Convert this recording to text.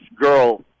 girl